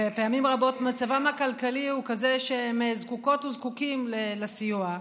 ופעמים רבות מצבם הכלכלי הוא כזה שהם זקוקות וזקוקים לסיוע,